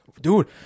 Dude